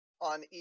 on